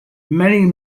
many